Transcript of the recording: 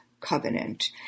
covenant